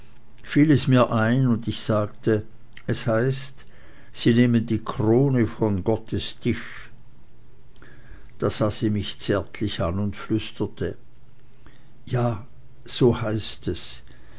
fiel es mir ein und ich sagte es heißt sie nehmen die krone von gottes tisch da sah sie mich zärtlich an und flüsterte ja so heißt es